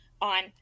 on